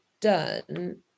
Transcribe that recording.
done